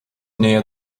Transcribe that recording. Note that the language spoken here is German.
nähe